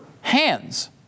hands